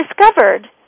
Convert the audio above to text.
discovered